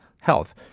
health